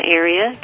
area